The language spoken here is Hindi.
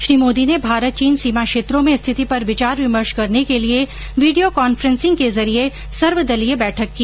श्री मोदी ने भारत चीन सीमा क्षेत्रों में रिथिति पर विचार विमर्श करने के लिए वीडियो कॉन्फ्रेंसिंग के जरिये सर्व दलीय बैठक की